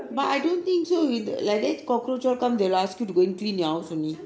but I don't think so with like this cockroach all come they will ask you to go and clean your house only